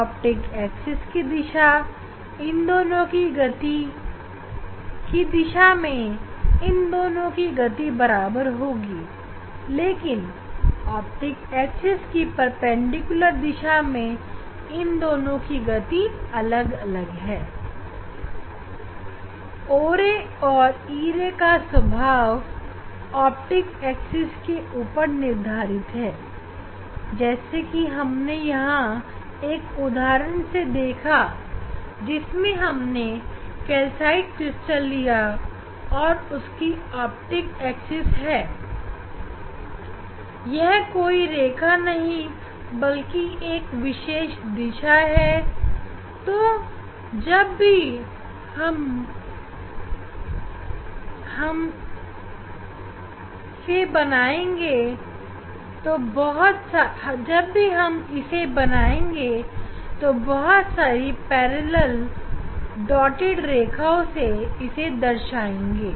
Refer Time optic axis की दिशा में इन दोनों की गति बराबर होगी लेकिन ऑप्टिक एक्सिस की परपेंडिकुलर दिशा में यह दोनों की गति अलग अलग है O ray और e ray का स्वभाव ऑप्टिक एक्सिस के ऊपर निर्धारित है जैसे कि हमने यहां एक उदाहरण से देखा जिसमें हमने कैल्साइट क्रिस्टल लिया और यह उसकी ऑप्टिक एक्सिस है यह कोई रेखा नहीं बल्कि एक विशेष दिशा है तो जब भी हम ऑप्टिक एक्सिस को बनाएँगे तो बहुत सारी समानांतर बिंदु वाली रेखाओं से इसे प्रस्तुत करेंगे